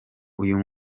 uyu